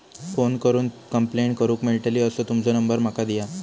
Phone करून complaint करूक मेलतली असो तुमचो नंबर माका दिया?